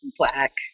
black